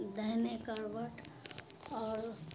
داہنے کروٹ اور